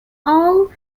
all